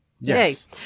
Yes